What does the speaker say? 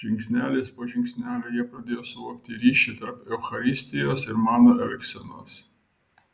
žingsnelis po žingsnelio jie pradėjo suvokti ryšį tarp eucharistijos ir mano elgsenos